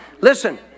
Listen